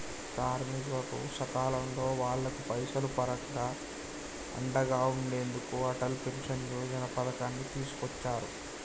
కార్మికులకు సకాలంలో వాళ్లకు పైసలు పరంగా అండగా ఉండెందుకు అటల్ పెన్షన్ యోజన పథకాన్ని తీసుకొచ్చారు